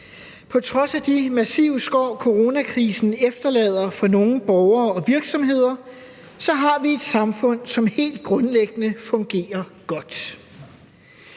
På trods af de massive skår, coronakrisen efterlader for nogle borgere og virksomheder, så har vi et samfund, som helt grundlæggende fungerer godt.